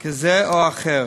כזה או אחר.